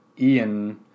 Ian